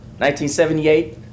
1978